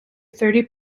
thirty